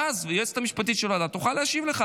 ואז היועצת המשפטית של הוועדה תוכל להשיב לך.